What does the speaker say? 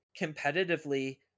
competitively